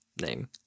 name